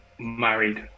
Married